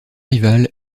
rival